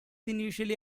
initially